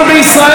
לא של הימין.